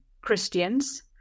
Christians